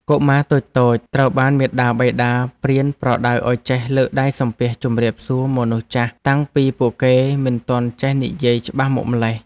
កុមារតូចៗត្រូវបានមាតាបិតាប្រៀនប្រដៅឱ្យចេះលើកដៃសំពះជម្រាបសួរមនុស្សចាស់តាំងពីពួកគេមិនទាន់ចេះនិយាយច្បាស់មកម៉្លេះ។